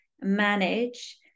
Manage